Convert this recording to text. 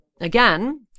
again